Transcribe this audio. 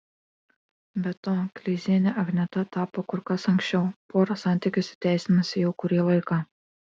be to kleiziene agneta tapo kur kas anksčiau pora santykius įteisinusi jau kurį laiką